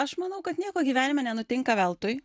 aš manau kad nieko gyvenime nenutinka veltui